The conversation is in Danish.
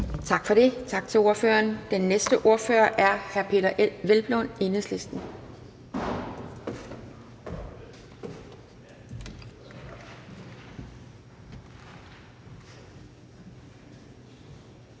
Kjærsgaard): Tak til ordføreren. Den næste ordfører er hr. Peder Hvelplund, Enhedslisten.